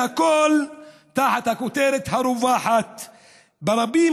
והכול תחת הכותרת הרווחת ברבים,